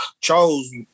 Charles